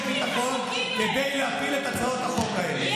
ביטחון כדי להפיל את הצעות החוק האלה.